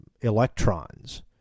electrons